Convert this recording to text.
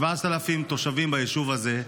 7,000 תושבים ביישוב הזה.